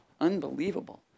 Unbelievable